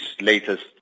latest